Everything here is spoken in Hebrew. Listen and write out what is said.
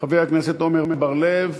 חבר הכנסת עמר בר-לב,